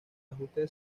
ajuste